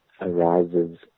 arises